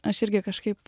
aš irgi kažkaip